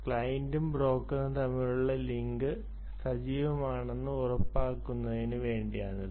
ക്ലയന്റും ബ്രോക്കറും തമ്മിലുള്ള ലിങ്ക് സജീവമാണെന്ന് ഉറപ്പാക്കുന്നതിന് വേണ്ടിയാണിത്